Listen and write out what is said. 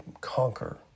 conquer